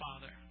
Father